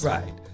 Right